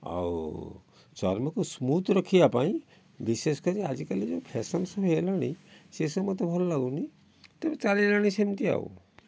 ଆଉ ଚର୍ମକୁ ସ୍ମୁଥ୍ ରଖବା ପାଇଁ ବିଶେଷ କରି ଆଜିକାଲି ଯେଉଁ ଫ୍ୟାସନ୍ ସବୁ ହେଇଗଲାଣି ସେ ସବୁ ତ ଭଲ ଲାଗୁନି ତେବେ ଚାଲିଲାଣି ସେମିତି ଆଉ